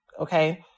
okay